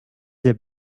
the